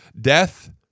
death